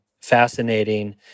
fascinating